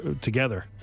together